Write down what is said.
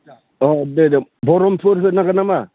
औ दे दे बरमफुर होनांगौ नामा